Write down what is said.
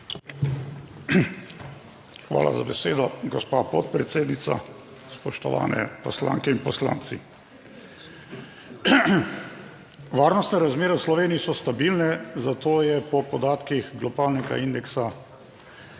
Hvala za besedo, gospa podpredsednica. Spoštovane poslanke in poslanci. Varnostne razmere v Sloveniji so stabilne, zato je po podatkih globalnega indeksa